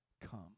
come